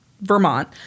vermont